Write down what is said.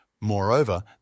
Moreover